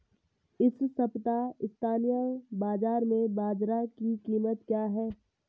इस सप्ताह स्थानीय बाज़ार में बाजरा की कीमत क्या है?